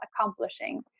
accomplishing